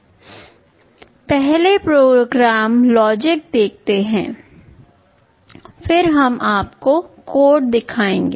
पहले program logic देखते हैं फिर हम आपको कोड दिखाएंगे